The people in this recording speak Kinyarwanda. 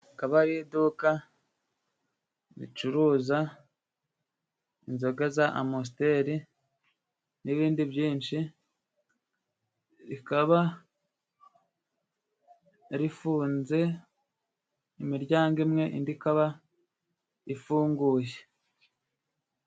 Ikaba ari iduka zicuruza inzoga za amusiteri n'ibindi byinshi, rikaba rifunze imiryango imwe ,indi ikaba ifunguye.